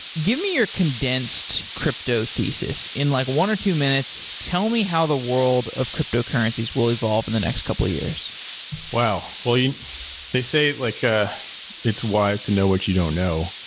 give me your condensed crypto thesis. in like one or two minutes, tell me how the world of cryptocurrencies will evolve in the next couple of years wow. well, they say it like ah it's wise to know what you don't know.